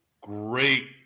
great